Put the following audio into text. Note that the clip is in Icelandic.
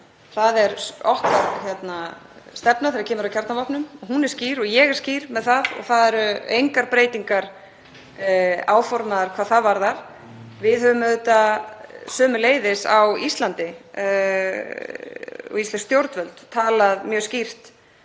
Það er okkar stefna þegar kemur að kjarnavopnum og hún er skýr. Ég er skýr með það og það eru engar breytingar áformaðar hvað það varðar. Við höfum auðvitað sömuleiðis á Íslandi, og íslensk stjórnvöld, talað mjög skýrt